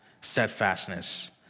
steadfastness